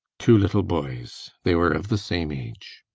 two little boys. they were of the same age.